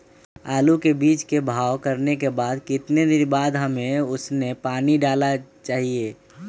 आलू के बीज के भाव करने के बाद कितने दिन बाद हमें उसने पानी डाला चाहिए?